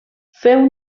féu